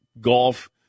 golf